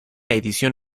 edición